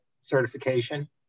certification